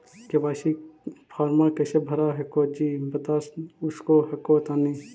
KYC फॉर्मा कैसे भरा हको जी बता उसको हको तानी?